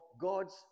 God's